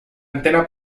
antena